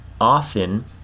often